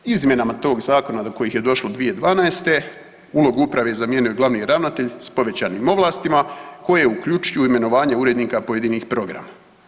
Izmjenama tog zakona do kojih je došlo 2012., ulogu uprave zamijenio je glavni ravnatelj s povećanim ovlastima koji je uključio u imenovanje urednika pojedinih programa.